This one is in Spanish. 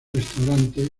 restaurante